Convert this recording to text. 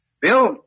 Bill